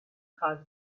cause